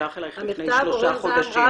נשלח לפני שלושה חודשים.